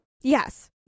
Yes